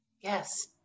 Yes